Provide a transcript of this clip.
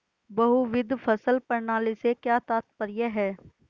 बहुविध फसल प्रणाली से क्या तात्पर्य है?